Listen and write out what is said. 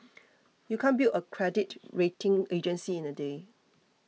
you can't build a credit rating agency in a day